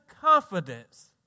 confidence